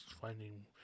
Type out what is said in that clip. finding